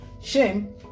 shame